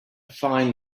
fine